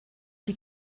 die